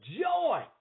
joy